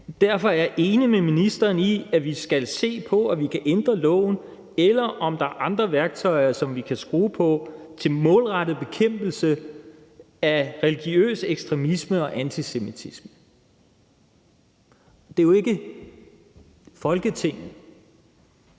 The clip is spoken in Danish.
Derfor er jeg enig med ministeren i, at vi skal se på, om vi kan ændre loven, eller om der er andre værktøjer, som vi kan skrue på, til målrettet bekæmpelse af religiøs ekstremisme og antisemitisme. Det er jo ikke Folketinget;